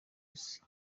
isi